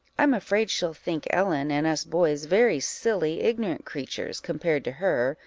i'm afraid she'll think ellen, and us boys, very silly, ignorant creatures, compared to her,